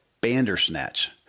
Bandersnatch